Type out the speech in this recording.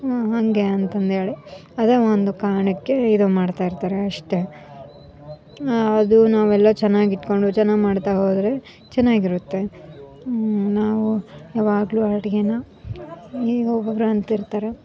ಹಾಗೆ ಅಂತಂದೇಳಿ ಅದೇ ಒಂದು ಕಾರಣಕ್ಕೆ ಇದು ಮಾಡ್ತಾಯಿರ್ತಾರೆ ಅಷ್ಟೆ ಅದು ನಾವೆಲ್ಲ ಚೆನ್ನಾಗಿಟ್ಕೊಂಡು ಚೆನ್ನಾಗಿ ಮಾಡ್ತಾ ಹೋದರೆ ಚೆನ್ನಾಗಿರುತ್ತೆ ನಾವು ಯಾವಾಗಲೂ ಅಡುಗೆನ ಹೀಗೆ ಒಬ್ಬೊಬ್ರು ಅಂತಿರ್ತಾರೆ